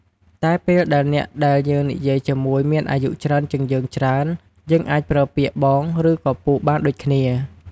តែពេលដែលអ្នកដែលយើងនិយាយជាមួយមានអាយុច្រើនជាងយើងច្រើន យើងអាចប្រើពាក្យ "បង" ឬក៏ "ពូ" បានដូចគ្នា។